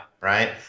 right